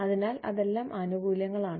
അതിനാൽ അതെല്ലാം ആനുകൂല്യങ്ങളാണ്